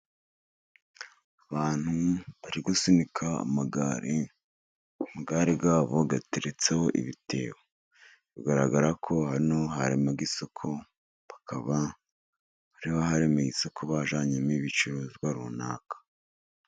Abantu bari gusunika amagare, amagare yabo ateretseho ibitebo, bigaragara ko hano harema isoko, bakaba ariho haremeye isoku bajyanyemo ibicuruzwa runaka.